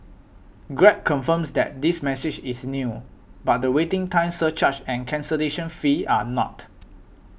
Grab confirms that this message is new but the waiting time surcharge and cancellation fee are not